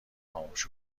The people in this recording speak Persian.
خاموش